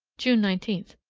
june nineteenth.